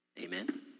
Amen